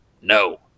no